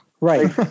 Right